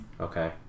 Okay